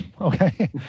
Okay